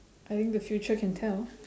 I think the future can tell